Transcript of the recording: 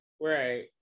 Right